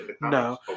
No